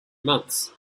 months